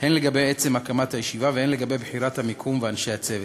הן לגבי עצם הקמת הישיבה והן לגבי בחירת המקום ואנשי הצוות.